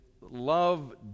love